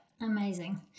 amazing